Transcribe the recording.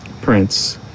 Prince